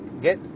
Get